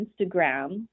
Instagram